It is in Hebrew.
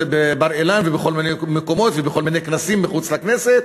בבר-אילן ובכל מיני מקומות ובכל מיני כנסים מחוץ לכנסת,